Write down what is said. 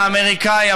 האמריקני,